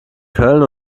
köln